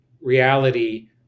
reality